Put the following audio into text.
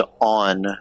on